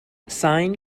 sine